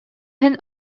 иһин